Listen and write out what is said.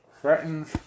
threatens